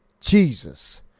jesus